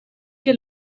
che